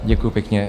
Děkuji pěkně.